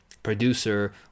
producer